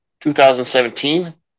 2017